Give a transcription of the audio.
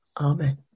Amen